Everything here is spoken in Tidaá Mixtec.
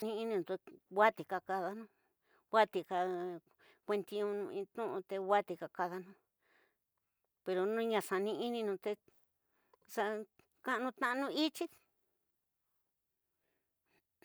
In inu watika kadanu, watika kuentinu in tnu'u te watika kadana pero no ña xani'inu te kanu ityi.